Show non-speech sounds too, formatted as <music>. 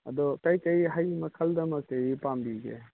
ꯑꯗꯣ ꯀꯔꯤ ꯀꯔꯤ ꯍꯩ ꯃꯈꯜ <unintelligible> ꯄꯥꯝꯕꯤꯒꯦ